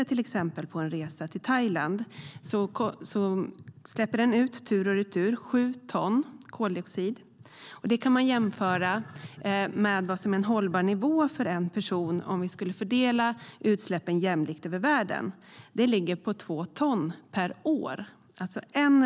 En resa till Thailand släpper till exempel ut 7 ton koldioxid tur och retur. Det kan jämföras med vad som är en hållbar nivå för en person om man fördelar utsläppen jämlikt över världen: 2 ton per år.